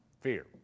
fear